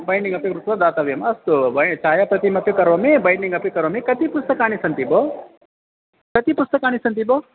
binding अपि कृत्वा दातव्यम् अस्तु वा छायापतिमपि करोमि बैण्डिङ्ग् अपि करोमि कति पुस्तकानि सन्ति भो कति पुस्तकानि सन्ति भो